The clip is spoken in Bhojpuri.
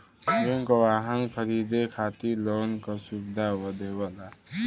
बैंक वाहन खरीदे खातिर लोन क सुविधा देवला